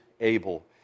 able